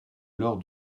l’heure